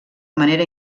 manera